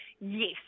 Yes